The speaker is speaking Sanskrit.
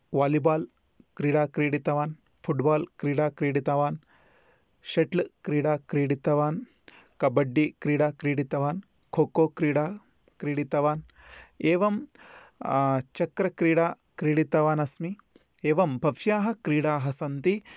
वोलिबाल् क्रीडा क्रीडितवान् फ़ुट्बोल् क्रीडा क्रीडितवान् शटल् क्रीडा क्रीडितवान् कब्बड्डि क्रीडा क्रीडितवान् खो खो क्रीडा क्रीडितवान् एवं चक्रक्रीडा क्रीडितवानस्मि एवं बह्व्यः क्रीडाः सन्ति